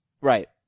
Right